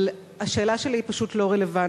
אבל השאלה שלי היא פשוט לא רלוונטית,